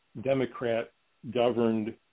Democrat-governed